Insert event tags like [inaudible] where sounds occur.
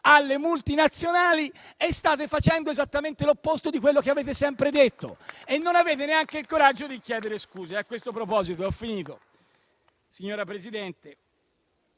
alle multinazionali e invece state facendo esattamente l'opposto di quello che avete sempre detto. E non avete neanche il coraggio di chiedere scusa. [applause] Signora